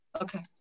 Okay